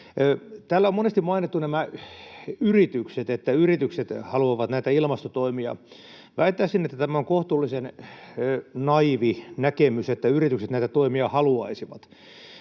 Täällä on monesti mainittu yritykset, että yritykset haluavat näitä ilmastotoimia. Väittäisin, että tämä on kohtuullisen naiivi näkemys, että yritykset näitä toimia haluaisivat.